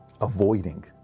avoiding